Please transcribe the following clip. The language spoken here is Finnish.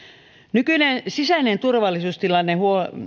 nykyinen sisäinen turvallisuustilanne